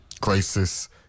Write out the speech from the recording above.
crisis